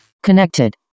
connected